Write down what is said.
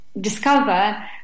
discover